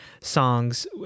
songs